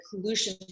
pollution